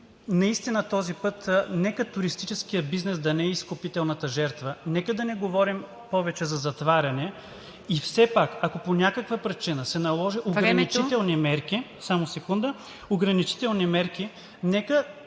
че този път туристическият бизнес да не е изкупителната жертва – нека да не говорим повече за затваряне. И все пак, ако по някаква причина се наложат ограничителни мерки,...